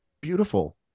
beautiful